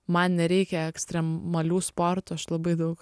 man nereikia ekstremalių sportų aš labai daug